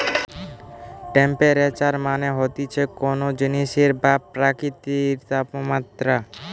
temperature মানে হতিছে কোন জিনিসের বা প্রকৃতির তাপমাত্রা